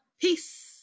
Peace